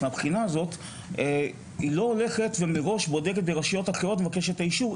מהבחינה הזאת היא לא הולכת ומראש בודקת ברשויות אחרות ומבקשת אישור,